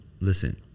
listen